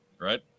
Right